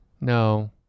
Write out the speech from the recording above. No